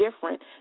different